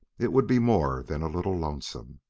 it would be more than a little lonesome.